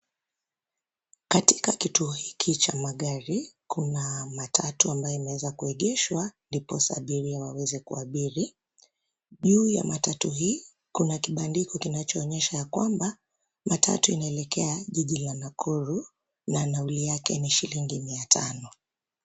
Katika kituo hiki cha magari Kuna matatu ambayo imeweza kuegeshwa ndiposa abiria waweze kuabiri. Juu ya matatu hii kuna kibandiko kinachoonyesha ya kwamba matatu inaelekea jiji la Nakuru na nauli yake ni shilingi mia tano.